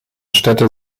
städte